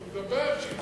שידבר, שידבר.